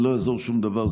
ולא יעזור שום דבר,